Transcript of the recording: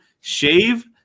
shave